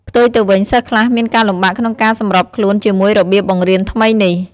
ផ្ទុយទៅវិញ សិស្សខ្លះមានការលំបាកក្នុងការសម្របខ្លួនជាមួយរបៀបបង្រៀនថ្មីនេះ។